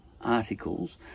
articles